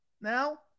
Now